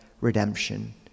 redemption